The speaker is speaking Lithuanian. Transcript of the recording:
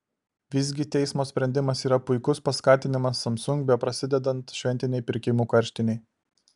visgi teismo sprendimas yra puikus paskatinimas samsung beprasidedant šventinei pirkimų karštinei